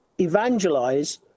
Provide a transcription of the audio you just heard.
evangelize